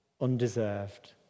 undeserved